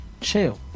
chill